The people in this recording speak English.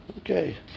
Okay